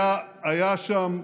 היה שם,